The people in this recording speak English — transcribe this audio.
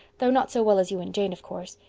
though not so well as you and jane of course.